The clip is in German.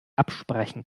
absprechen